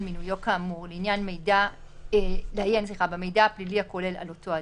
מינויו כאמור לעיין במידע הפליל הכולל על אותו אדם,